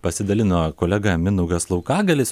pasidalino kolega mindaugas laukagalis